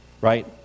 right